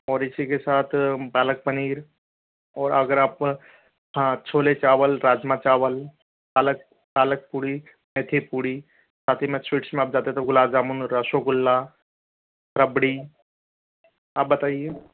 और इसी के साथ पालक पनीर और अगर आप हाँ छोले चावल राजमा चावल पालक पालक पूरी मेथी पूरी साथी में स्वीट्स में आप चाहते तो गुलाब जामुन रसगुल्ला रबड़ी आप बताइए